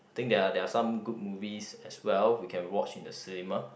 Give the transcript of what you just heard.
think there are there are some good movies as well we can watch in the cinema